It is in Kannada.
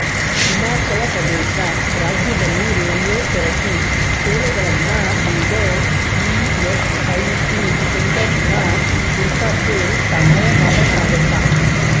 ಹಿಮಾಚಲ ಪ್ರದೇಶ ರಾಜ್ಯದಲ್ಲಿ ರೇಡಿಯೋಥೆರಫಿ ಸೇವೆಗಳನ್ನು ನೀಡೋ ಇ ಎಸ್ ಐ ಸಿ ಸೆಂಟರ್ಸನ್ನ ಹುಡ್ಕೋಕ್ಕೆ ಸಹಾಯ ಮಾಡೋಕ್ಕಾಗತ್ತಾ